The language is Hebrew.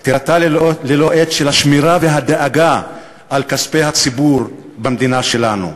פטירתה ללא עת של השמירה והדאגה לכספי הציבור במדינה שלנו,